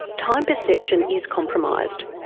time perception is compromised.